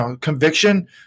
conviction